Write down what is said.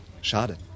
Schade